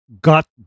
got